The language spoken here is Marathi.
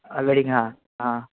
वेडिंग हां हां